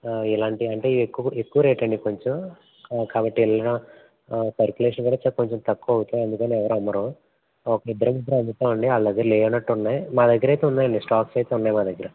ఇలాంటివి అంటే ఎక్కు ఎక్కువ రేట్ అండి కొంచెం కాబట్టి వెళ్ళిన సర్కులేషన్ కూడా చా కొంచం తక్కువ అవుతాయి అందుకని ఎవరు అమ్మరు ఒక ఇద్దరు ముగ్గురు అమ్ముతాం అండి వాళ్ళ దగ్గర లేనట్టు ఉన్నాయి మా దగ్గర అయితే ఉన్నాయండి స్టాక్స్ అయితే ఉన్నాయి మా దగ్గర